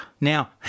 Now